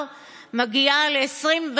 שמגיע להם בדין.